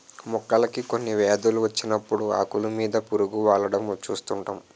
మొక్కలకి కొన్ని వ్యాధులు వచ్చినప్పుడు ఆకులు మీద పురుగు వాలడం చూస్తుంటాం